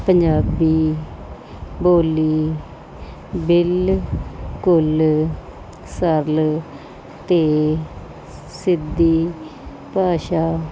ਪੰਜਾਬੀ ਬੋਲੀ ਬਿੱਲਕੁਲ ਸਰਲ ਅਤੇ ਸਿੱਧੀ ਭਾਸ਼ਾ